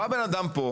בא בן אדם פה,